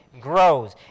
grows